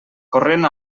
corrent